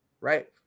right